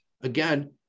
again